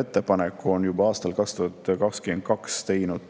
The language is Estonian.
ettepaneku on juba aastal 2022 teinud